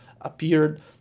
appeared